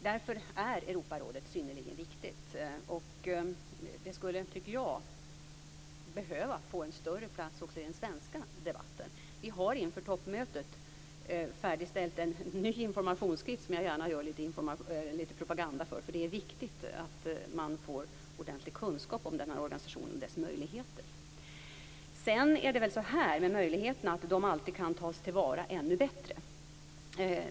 Därför är Europarådet synnerligen viktigt. Det skulle, tycker jag, behöva få en större plats också i den svenska debatten. Vi har inför toppmötet färdigställt en ny informationsskrift som jag gärna gör litet propaganda för. Det är viktigt att man får ordentlig kunskap om den här organisationen och dess möjligheter. Möjligheterna kan alltid tas till vara ännu bättre.